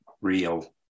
real